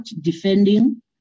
defending